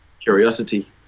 curiosity